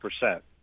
percent